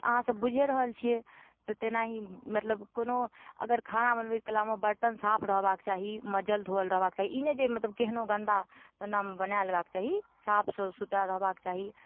अहाँ सब बुइझे रहल छिअइ तऽ तेनाही मतलब कोनो अगर खाना बनबैत कालमे बर्तन साफ रहबाक चाही माँजल धोअल रहबाक चाही ई नहि जे मतलब केहनो गन्दा एनामे बना लेबाक चाही साफ सुथरा रहबाक चाही